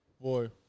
Boy